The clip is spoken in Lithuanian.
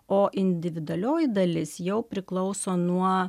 o individualioji dalis jau priklauso nuo